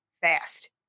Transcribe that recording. fast